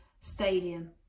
stadium